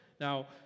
Now